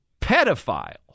pedophile